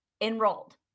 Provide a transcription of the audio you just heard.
enrolled